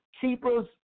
Keepers